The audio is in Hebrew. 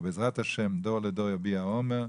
אז בעזרת השם, ״דור לדור יביע אומר״,